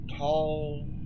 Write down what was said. Tall